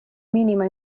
minima